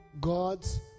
God's